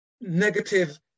negative